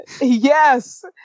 yes